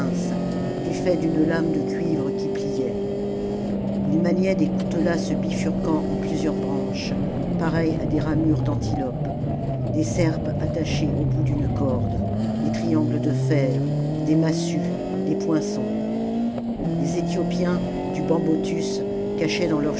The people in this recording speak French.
faits d'une lame de cuivre qui pliait ils maniaient des coutelas se bifurquant en plusieurs branches pareilles à des ramures d'antilopes des serpes attachées au bout d'une corde des triangles de fer des massues des poinçons les ethiopiens du bambotus cachaient dans leurs